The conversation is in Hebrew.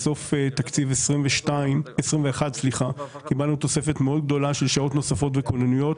בסוף תקציב 2021 קיבלנו תוספת מאוד גדולה של שעות נוספות וכוננויות,